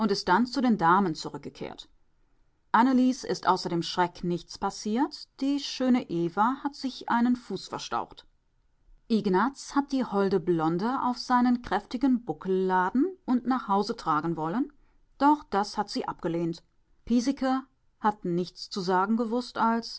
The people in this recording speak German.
dann zu den damen zurückgekehrt annelies ist außer dem schreck nichts passiert die schöne eva hat sich einen fuß verstaucht ignaz hat die holde blonde auf seinen kräftigen buckel laden und nach hause tragen wollen doch das hat sie abgelehnt piesecke hat nichts zu sagen gewußt als